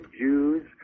Jews